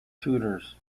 tutors